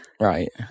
Right